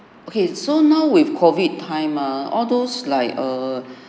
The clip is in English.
okay so now with COVID time ah all those like err